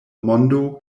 mondo